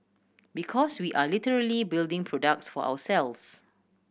because we are literally building products for ourselves